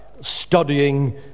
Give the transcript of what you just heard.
studying